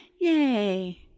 Yay